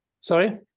Sorry